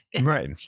Right